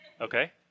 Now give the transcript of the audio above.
okay